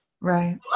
Right